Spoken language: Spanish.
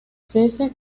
cese